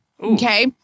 Okay